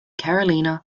carolina